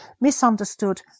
misunderstood